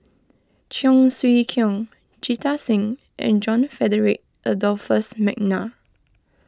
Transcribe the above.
Cheong Siew Keong Jita Singh and John Frederick Adolphus McNair